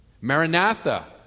Maranatha